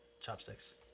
chopsticks